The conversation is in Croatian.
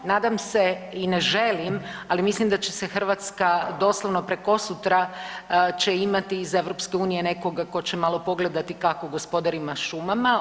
Nadam se i ne želim, ali mislim da će se Hrvatska doslovno prekosutra će imati iz EU nekoga tko će malo pogledati kako gospodarimo šumama.